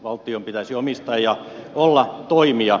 valtion pitäisi omistaa ja olla toimija